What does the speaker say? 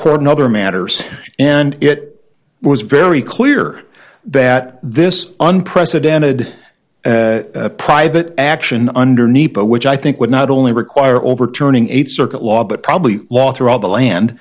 and other matters and it was very clear that this unprecedented private action underneath which i think would not only require overturning a circuit law but probably law throughout the land